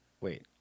Wait